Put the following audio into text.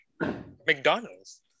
McDonald's